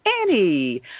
Annie